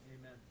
Amen